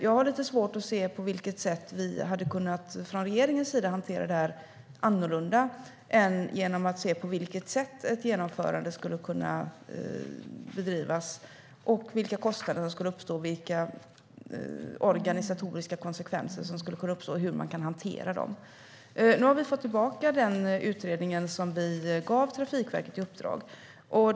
Jag har lite svårt att se på vilket sätt vi från regeringens sida hade kunnat hantera detta annorlunda än genom att se på vilket sätt ett genomförande skulle kunna ske, vilka kostnader som skulle uppstå, vilka organisatoriska konsekvenser som skulle kunna uppstå och hur man kan hantera dem. Nu har vi fått tillbaka den utredning som vi gav Trafikverket i uppdrag att göra.